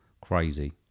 crazy